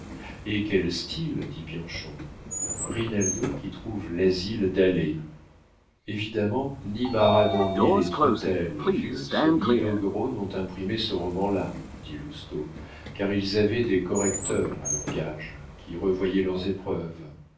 et quel style dit bianchon rinaldo qui trouve l'asile d'aller évidemment ni maradan ni les treuttel et wurtz ni doguereau n'ont imprimé ce roman là dit lousteau car ils avaient des correcteurs à leurs gages qui revoyaient leurs épreuves